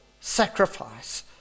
sacrifice